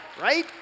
right